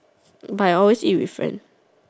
but I always eat with friends